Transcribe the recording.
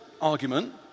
argument